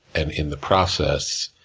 and in the process,